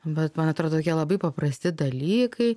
bet man atrodo jie labai paprasti dalykai